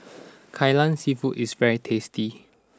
Kai Lan Seafood is very tasty